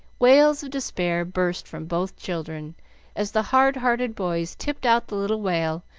wails of despair burst from both children as the hard-hearted boys tipped out the little whale,